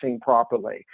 properly